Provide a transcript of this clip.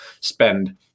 spend